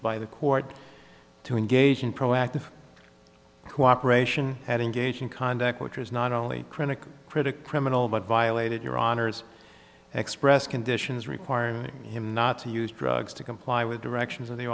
by the court to engage in proactive cooperation had engaged in conduct which is not only critical critic criminal but violated your honour's xpress conditions requiring him not to use drugs to comply with directions of the